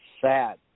sad